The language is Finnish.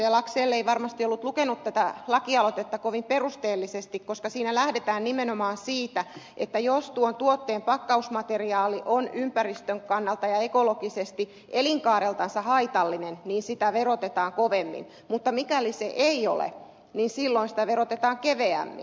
laxell ei varmasti ollut lukenut tätä lakialoitetta kovin perusteellisesti koska siinä lähdetään nimenomaan siitä että jos tuon tuotteen pakkausmateriaali on ympäristön kannalta ja ekologisesti elinkaareltansa haitallinen niin sitä verotetaan kovemmin mutta mikäli se ei ole niin silloin sitä verotetaan keveämmin